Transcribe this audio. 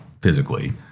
physically